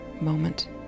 moment